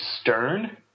stern